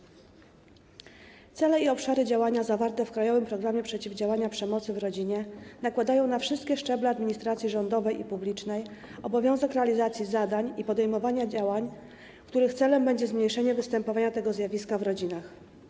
Ze względu na cele i obszary działania zawarte w „Krajowym programie przeciwdziałania przemocy w rodzinie” nakłada się na wszystkie szczeble administracji rządowej i publicznej obowiązek realizacji zadań i podejmowania działań, których celem będzie zmniejszenie występowania tego zjawiska w rodzinach.